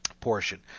portion